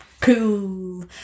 Cool